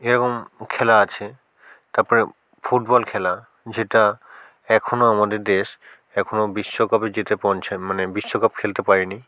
এরকম খেলা আছে তার পরে ফুটবল খেলা যেটা এখনও আমাদের দেশ এখনও বিশ্বকাপে যেতে পৌঁছায় মানে বিশ্বকাপ খেলতে পারেনি